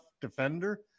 defender